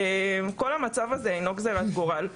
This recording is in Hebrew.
כל המצב הזה הוא לא גזירת גורל.